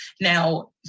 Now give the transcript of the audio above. Now